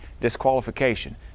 disqualification